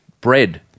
bread